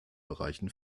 bereichen